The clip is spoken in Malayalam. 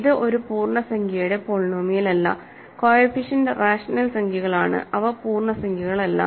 ഇത് ഒരു പൂർണ്ണസംഖ്യയുടെ പോളിനോമിയലല്ല കോഎഫിഷ്യന്റ് റാഷണൽ സംഖ്യകളാണ് അവ പൂർണ്ണസംഖ്യകളല്ല